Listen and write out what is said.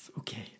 Okay